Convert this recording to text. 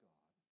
God